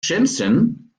shenzhen